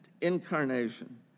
incarnation